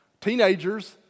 teenagers